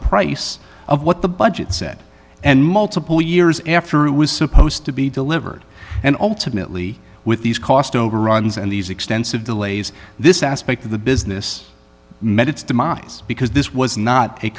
price of what the budget said and multiple years after it was supposed to be delivered and ultimately with these cost overruns and these extensive delays this aspect of the business methods demise because this was not a